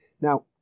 Now